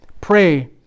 pray